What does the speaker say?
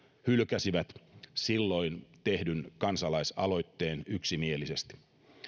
hylkäsivät silloin tehdyn kansalaisaloitteen yksimielisesti